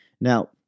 Now